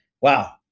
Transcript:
wow